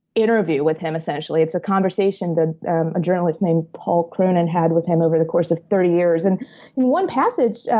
interview with him, essentially. it's a conversation a journalist named paul krugman and had with him over the course of thirty years. in one passage,